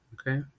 Okay